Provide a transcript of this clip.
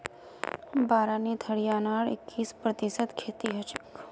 बारानीत हरियाणार इक्कीस प्रतिशत खेती हछेक